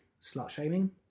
slut-shaming